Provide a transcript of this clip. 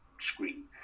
screen